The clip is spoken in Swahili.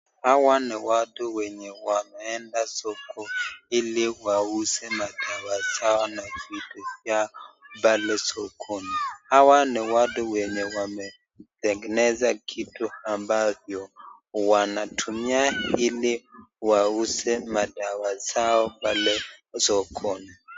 Hawa ni watu wenye wameenda soko ili wauze madawa zao na vitu zao pale sokoni . Hawa ni wale wenye wametengeneza kitu ambayo wanatumia ili wauze madawa zao pale sokoni.